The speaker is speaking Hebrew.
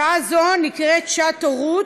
שעה זו נקראת "שעת הורות",